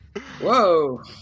Whoa